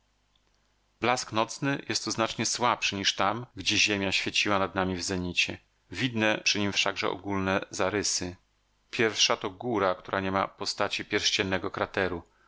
blask nocny jest tu znacznie słabszy niż tam gdzie ziemia świeciła nad nami w zenicie widne przy nim wszakże ogólne zarysy pierwsza to góra która nie ma postaci pierściennego krateru